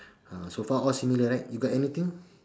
uh so far all similar right you got anything